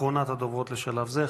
אחרונת הדוברות לשלב זה,